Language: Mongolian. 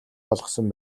болгосон